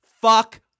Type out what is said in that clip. fuck